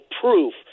proof